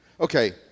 Okay